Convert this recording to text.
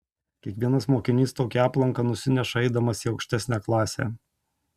kiekvienas mokinys tokį aplanką nusineša eidamas į aukštesnę klasę